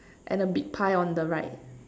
and a big pie on the right